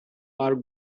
are